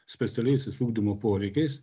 specialiaisiais ugdymo poreikiais